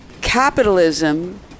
capitalism